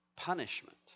Punishment